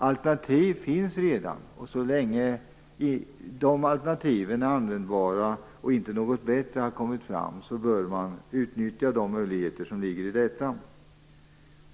Alternativ finns redan, och så länge de alternativen är användbara och inte något bättre har kommit fram bör man utnyttja de möjligheter som ligger i detta.